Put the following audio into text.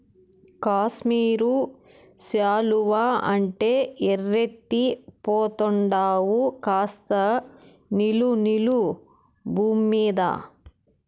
కాశ్మీరు శాలువా అంటే ఎర్రెత్తి పోతండావు కాస్త నిలు నిలు బూమ్మీద